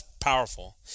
powerful